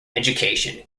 education